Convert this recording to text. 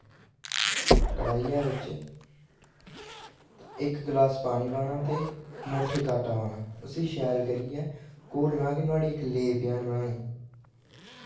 कढ़ाइयै ते इक गलास पानी पाना ते मिट्ठा घट्ट पाना ते उस्सी शैल करियै घोलना कि नुहाड़ी इक लेप जन बनानी